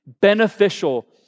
beneficial